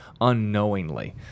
unknowingly